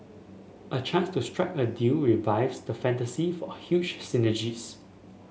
a chance to strike a deal revives the fantasy for huge synergies